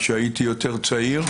כשהייתי יותר צעיר.